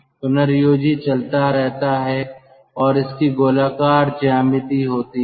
पुनर्योजी चलता रहता है और इसकी गोलाकार ज्यामिति होती है